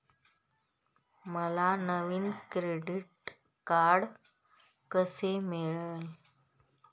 मला नवीन credit card कसे मिळेल?